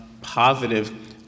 positive